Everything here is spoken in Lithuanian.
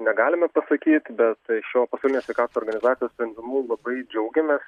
negalime pasakyt bet šiuo paskutiniu sveikatos organizacijos sprendimu labai džiaugiamės